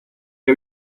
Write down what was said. que